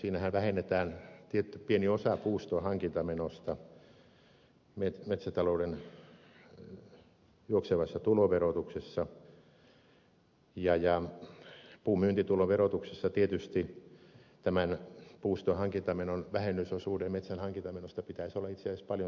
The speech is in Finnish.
siinähän vähennetään tietty pieni osa puuston hankintamenosta metsätalouden juoksevassa tuloverotuksessa ja puun myyntitulon verotuksessa tietysti tämän puuston hankintamenon vähennysosuuden metsän hankintamenosta pitäisi olla itse asiassa paljon suurempi